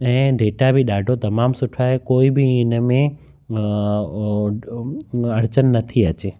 ऐं डेटा बि ॾाढो तमामु सुठो आहे कोई बि इन में अर्चन नथी अचे